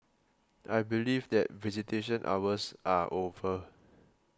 I believe that visitation hours are over